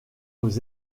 aux